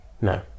No